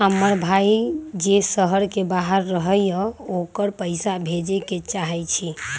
हमर अपन भाई जे शहर के बाहर रहई अ ओकरा पइसा भेजे के चाहई छी